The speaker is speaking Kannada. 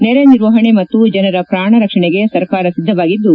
ನೆರೆ ನಿರ್ವಹಣೆ ಮತ್ತು ಜನರ ಪ್ರಾಣ ರಕ್ಷಣೆಗೆ ಸರ್ಕಾರ ಸಿದ್ದವಾಗಿದ್ದು